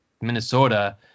Minnesota